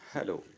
Hello